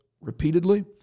repeatedly